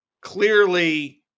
clearly